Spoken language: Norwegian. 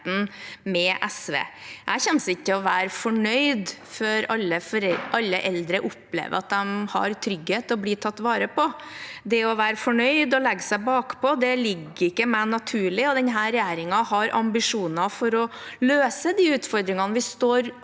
Jeg kommer ikke til å være fornøyd før alle eldre opplever at de har trygghet og blir tatt vare på. Det å være fornøyd og legge seg bakpå er ikke naturlig for meg, og denne regjeringen har ambisjoner om å løse de utfordringene vi står overfor